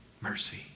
Mercy